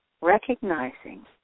recognizing